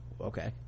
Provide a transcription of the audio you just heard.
okay